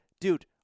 dude